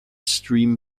stream